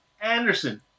Anderson